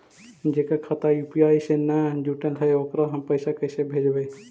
जेकर खाता यु.पी.आई से न जुटल हइ ओकरा हम पैसा कैसे भेजबइ?